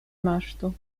masztu